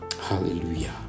hallelujah